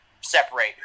separate